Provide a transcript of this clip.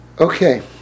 Okay